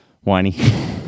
whiny